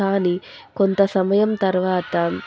కానీ కొంత సమయం తరువాత